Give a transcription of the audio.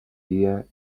dia